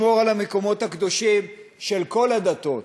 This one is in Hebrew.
תשמור על המקומות הקדושים של כל הדתות,